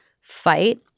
fight